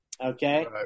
Okay